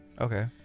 Okay